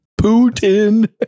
putin